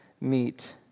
meet